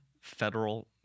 federal